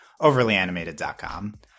OverlyAnimated.com